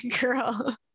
girl